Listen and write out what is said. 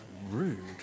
rude